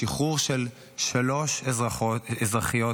לשחרור של שלוש אזרחיות